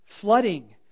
flooding